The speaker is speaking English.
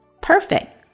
Perfect